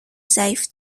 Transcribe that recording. ضعیف